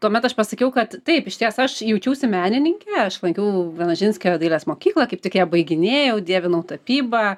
tuomet aš pasakiau kad taip išties aš jaučiausi menininke aš lankiau vienožinskio dailės mokyklą kaip tik ją baiginėjau dievinau tapybą